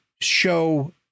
show